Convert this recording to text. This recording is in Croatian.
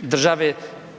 države